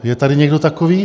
Je tady někdo takový?